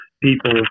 people